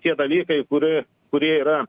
tie dalykai kuri kurie yra